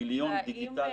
גיליון דיגיטלי